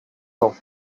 ans